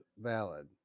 valid